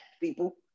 people